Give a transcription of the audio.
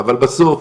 אבל בסוף,